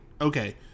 okay